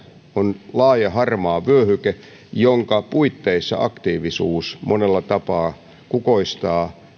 on laaja harmaa vyöhyke jonka puitteissa aktiivisuus monella tapaa kukoistaa